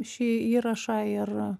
šį įrašą ir